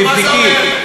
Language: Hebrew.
תבדקי.